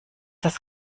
das